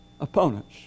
opponents